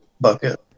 bucket